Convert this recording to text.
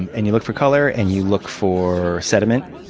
and and you look for color. and you look for sediment.